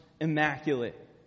immaculate